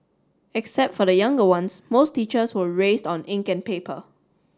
except for the younger ones most teachers were raised on ink and paper